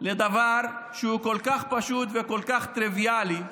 לדבר שהוא כל כך פשוט וכל כך טריוויאלי?